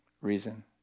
reason